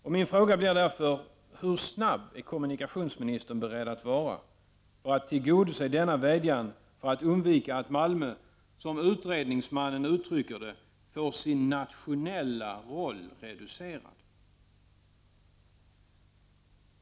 Och min fråga blir därför: Hur snabb är kommunikationsministern beredd att vara för att tillgodose denna vädjan för att undvika att Malmö, som utredningsmannen uttrycker det, ”får sin nationella roll reducerad”?